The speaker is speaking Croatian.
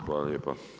Hvala lijepa.